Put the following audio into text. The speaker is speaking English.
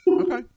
Okay